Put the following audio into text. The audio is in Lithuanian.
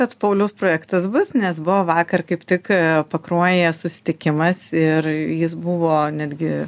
kad paulius projektas bus nes buvo vakar kaip tik pakruojyje susitikimas ir jis buvo netgi